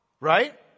right